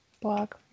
blog